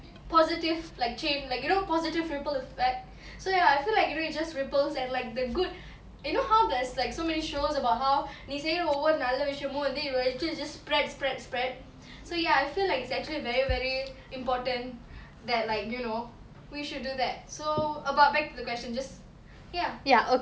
positive like chain like you know positive ripple effect so ya I feel like it really just ripples and like the good you know how there's like so many shows about how நீ செய்ர ஒவ்வொரு நல்ல விசயமு வந்து:nee seira ovvoru nalla visayamu vanthu will actually just just spread spread spread so ya I feel like it's actually very very important that like you know we should do that so about back to the question just ya